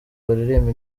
baririmba